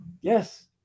yes